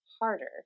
harder